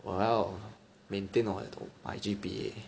我还要 maintain 我的 my G_P_A